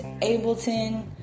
Ableton